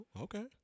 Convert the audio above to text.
okay